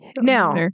now